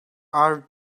are